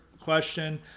question